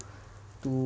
to